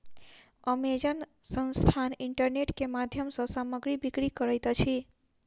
Amazon संस्थान internet के माध्यम सॅ सामग्री बिक्री करैत अछि